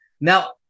Now